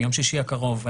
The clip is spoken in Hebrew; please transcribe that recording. מיום שישי הקרוב,